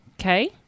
Okay